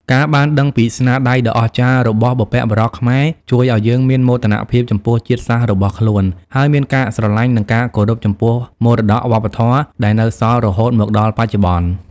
ការបានដឹងពីស្នាដៃដ៏អស្ចារ្យរបស់បុព្វបុរសខ្មែរជួយឲ្យយើងមាន មោទនភាពចំពោះជាតិសាសន៍របស់ខ្លួន ហើយមានការស្រឡាញ់ និងការគោរពចំពោះមរតកវប្បធម៌ដែលនៅសល់រហូតមកដល់បច្ចុប្បន្ន។